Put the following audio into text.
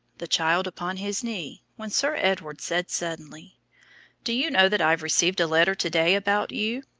the child upon his knee, when sir edward said suddenly do you know that i have received a letter to-day about you?